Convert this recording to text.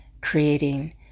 creating